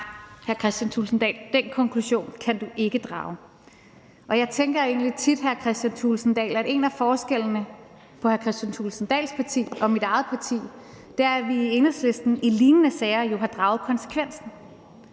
kan hr. Kristian Thulesen Dahl ikke drage. Og jeg tænker egentlig tit, vil jeg sige til hr. Kristian Thulesen Dahl, at en af forskellene på hr. Kristian Thulesen Dahls parti og mit eget parti er, at vi i Enhedslisten i lignende sager jo har draget konsekvensen.